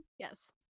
Yes